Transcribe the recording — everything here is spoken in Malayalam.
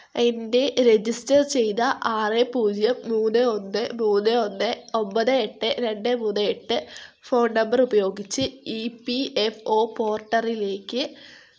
എൻ്റെ രജിസ്റ്റർ ചെയ്ത ആറ് പൂജ്യം മൂന്ന് ഒന്ന് മൂന്ന് ഒന്ന് ഒൻപത് എട്ട് രണ്ട് മൂന്ന് എട്ട് ഫോൺ നമ്പർ ഉപയോഗിച്ച് ഇ പി എഫ് ഒ പോർട്ടറിലേക്ക്